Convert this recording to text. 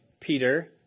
Peter